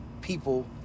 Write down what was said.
people